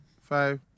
Five